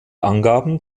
angaben